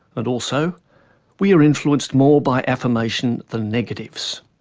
and also we are influenced more by affirmation than negatives.